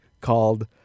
called